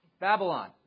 Babylon